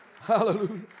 Hallelujah